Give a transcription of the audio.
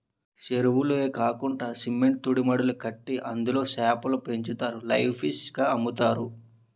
సెరువులే కాకండా సిమెంట్ తూనీమడులు కట్టి అందులో సేపలు పెంచుతారు లైవ్ ఫిష్ గ అమ్ముతారు